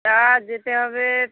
তা যেতে হবে